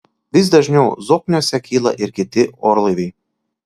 vis dažniau zokniuose kyla ir kiti orlaiviai